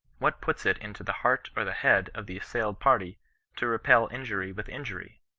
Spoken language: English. what puts it into the heart or the head of the assailed party to repel injury with injury?